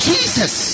Jesus